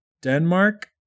Denmark